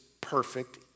perfect